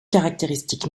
caractéristique